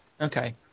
Okay